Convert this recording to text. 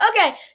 Okay